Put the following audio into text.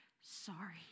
sorry